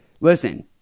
listen